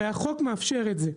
הרי החוק מאפשר את זה.